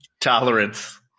tolerance